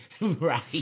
Right